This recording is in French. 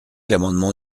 l’amendement